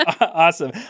awesome